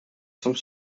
some